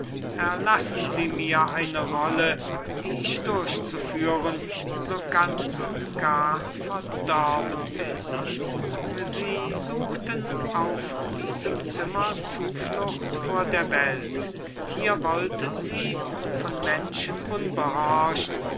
erlassen sie mir eine rolle die ich durchzuführen so ganz und gar verdorben bin sie suchten auf diesem zimmer zuflucht vor der welt hier wollten sie von menschen unbehorcht